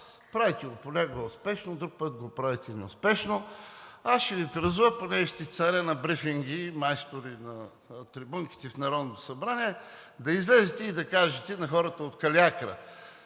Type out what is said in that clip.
правите го понякога успешно, друг път го правите неуспешно. Аз ще Ви призова, понеже сте царе на брифинги, майстори на трибунките в Народното събрание да излезете и да кажете на хората от Калиакра